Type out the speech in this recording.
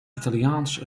italiaans